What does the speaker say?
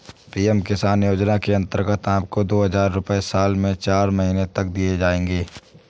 PM किसान योजना के अंतर्गत आपको दो हज़ार रुपये साल में चार महीने तक दिए जाएंगे